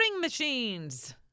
machines